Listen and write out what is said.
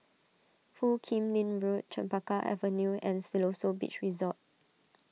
Foo Kim Lin Road Chempaka Avenue and Siloso Beach Resort